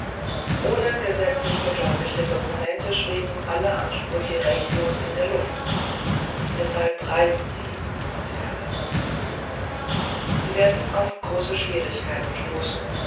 ohne gesetzlich beglaubigte dokumente schweben alle ansprüche rechtlos in der luft deshalb reisen sie hatte herbert gesagt sie werden auf große schwierigkeiten stoßen